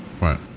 Right